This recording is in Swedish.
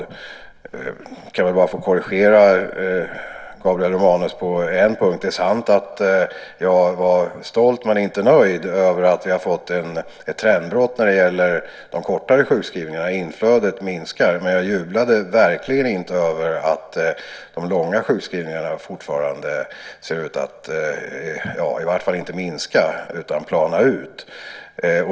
På en punkt kan jag kanske få korrigera Gabriel Romanus. Det är sant att jag var stolt men inte nöjd över att vi fått ett trendbrott när det gäller kortare sjukskrivningar - inflödet minskar. Men jag jublade verkligen inte över att de långa sjukskrivningarna i varje fall inte ser ut att minska utan planar ut.